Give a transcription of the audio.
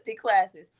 classes